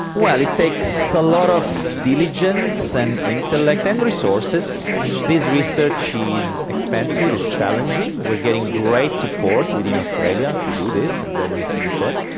well, it takes a lot of diligence and intellect and resources. this research is expensive, it's challenging, we are getting great support within australia to do this, and that needs to be said.